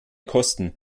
kosten